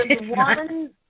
one